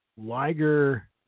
Liger